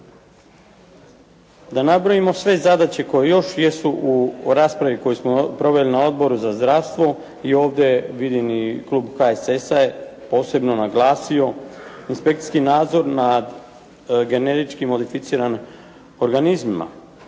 Da nabrojimo sve zadaće koje još jesu u raspravi koju smo proveli na Odboru za zdravstvo i ovdje vidim klub HSS-a je posebno naglasio, inspekcijski nadzor na generički modificiranim organizmima.